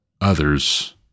others